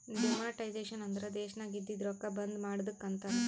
demonetisation ಅಂದುರ್ ದೇಶನಾಗ್ ಇದ್ದಿದು ರೊಕ್ಕಾ ಬಂದ್ ಮಾಡದ್ದುಕ್ ಅಂತಾರ್